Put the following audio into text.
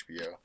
hbo